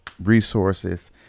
resources